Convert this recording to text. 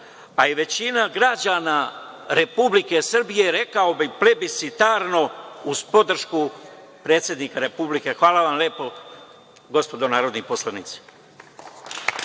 a i većina građana Republike Srbije, rekao bih plebiscitarno, uz podršku predsednika Republike. Hvala vam lepo, gospodo narodni poslanici.